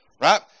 right